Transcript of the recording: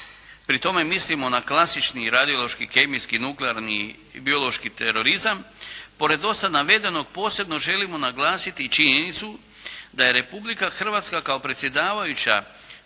pri tome mislimo na klasični radiološki, kemijski, nuklearni i biološki terorizam, pored do sad navedenog posebno želimo naglasiti činjenicu da je Republika Hrvatska kao predsjedavajuća